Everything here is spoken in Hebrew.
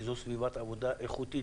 כי זו סביבת עבודה איכותית,